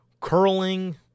curling